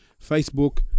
Facebook